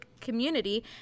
community